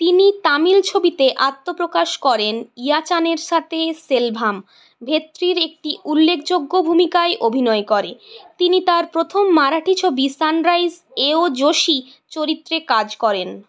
তিনি তামিল ছবিতে আত্মপ্রকাশ করেন ইয়াচানের সাথে সেলভাম ভেত্রির একটি উল্লেখযোগ্য ভূমিকায় অভিনয় করে তিনি তার প্রথম মারাঠি ছবি সানরাইজ এও জোশী চরিত্রে কাজ করেন